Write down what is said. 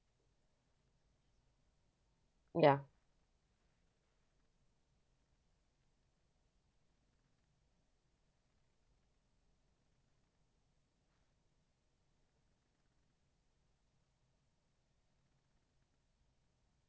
ya